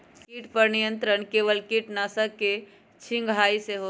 किट पर नियंत्रण केवल किटनाशक के छिंगहाई से होल?